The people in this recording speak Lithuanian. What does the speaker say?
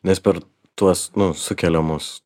nes per tuos nu sukeliamus